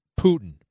Putin